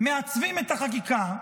מעצבים את החקיקה.